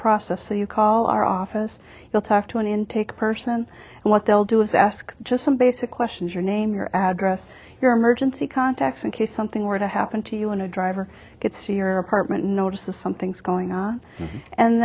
process so you call our office we'll talk to an intake person and what they'll do is ask just some basic questions your name your address your emergency contacts in case something were to happen to you in a driver gets to your apartment notices something's going on and